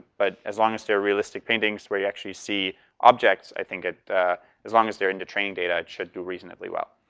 but as long as they're realistic paintings where you actually see objects i think that as long as they're into trained data it should do reasonably well.